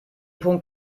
punkt